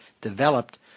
developed